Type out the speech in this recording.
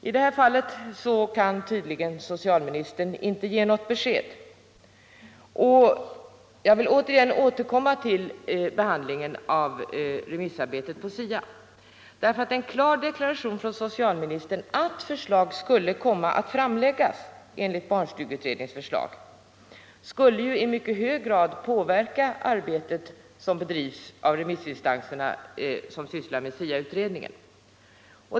I det här fallet kan tydligen socialministern inte ge något besked, och jag vill återigen återkomma till remissbehandlingen av SIA. En klar deklaration från socialministern att förslag skulle komma att framläggas enligt barnstugeutredningens förslag skulle nämligen i mycket hög grad påverka det arbete som bedrivs av remissinstanserna som sysslar med SIA-utredningen.